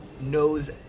knows